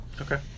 Okay